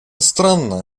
странно